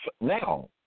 Now